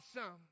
awesome